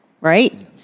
right